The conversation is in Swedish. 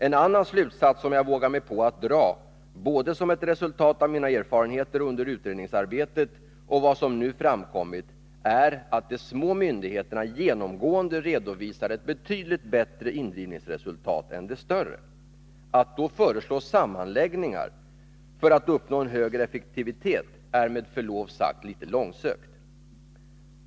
En annan slutsats som jag vågar mig på att dra både som ett resultat av mina erfarenheter under utredningsarbetet och av vad som nu framkommit är att de små myndigheterna genomgående redovisar ett betydligt bättre indrivningsresultat än de större. Att då föreslå sammanläggningar för att uppnå högre effektivitet är med förlov sagt litet långsökt.